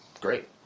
great